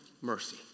mercy